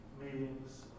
meetings